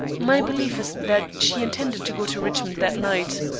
my belief is that she intended to go to richmond that night.